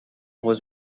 was